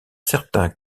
certain